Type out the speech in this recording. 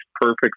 perfect